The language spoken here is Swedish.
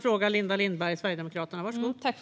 Fru